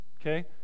okay